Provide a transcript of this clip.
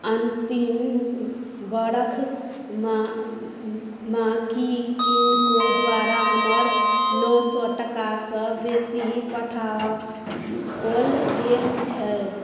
अन्तिम बरख मे की किनको द्वारा हमर नओ सए टका सँ बेसी पठाओल गेल छल